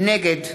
נגד